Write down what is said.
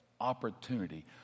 opportunity